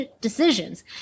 decisions